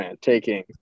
taking